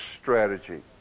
strategy